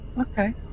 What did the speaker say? Okay